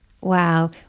Wow